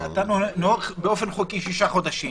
אתה נוהג באופן חוקי שישה חודשים